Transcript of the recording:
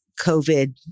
COVID